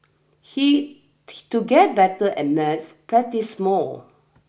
he to get better at maths practise more